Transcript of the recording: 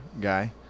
guy